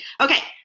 Okay